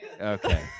okay